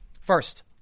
First